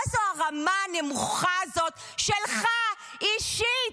מה זו הרמה הנמוכה הזאת שלך, אישית?